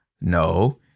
No